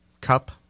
cup